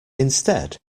instead